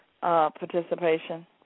participation